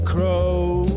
Crow